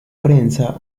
prensa